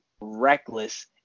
reckless